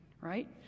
Right